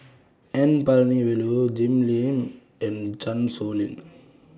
N Palanivelu Jim Lim and Chan Sow Lin